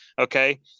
okay